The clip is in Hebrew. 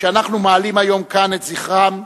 כשאנחנו מעלים היום כאן את זכרם,